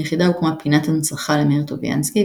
ביחידה הוקמה פינת הנצחה למאיר טוביאנסקי,